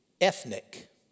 ethnic